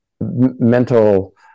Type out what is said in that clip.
mental